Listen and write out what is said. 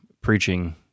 preaching